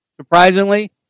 surprisingly